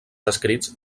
escrits